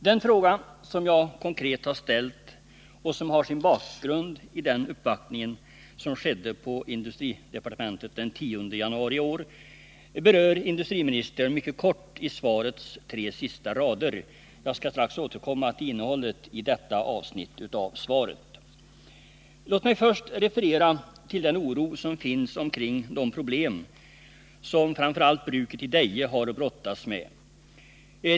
Den fråga som jag konkret ställt — och som har sin bakgrund i den uppvaktning som skedde på industridepartementet den 10 januari i år — berör industriministern mycket kort i svarets tre sista rader. Jag skall strax återkomma till innehållet i detta avsnitt av svaret. Låt mig först referera till den oro som finns omkring de problem som framför allt bruket i Deje har att brottas med.